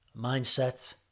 mindset